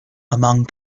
among